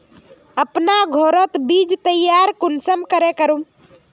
अपना घोरोत बीज तैयार कुंसम करे करूम?